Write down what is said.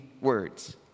words